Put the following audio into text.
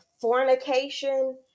fornication